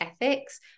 ethics